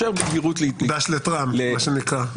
דש לטראמפ, מה שנקרא.